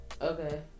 okay